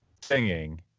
singing